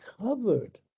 covered